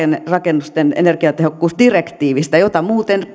rakennusten energiatehokkuusdirektiivistä jota muuten